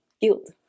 guilt